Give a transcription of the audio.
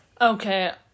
Okay